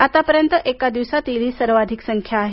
आतापर्यंत एका दिवसातील ही सर्वाधिक संख्या आहे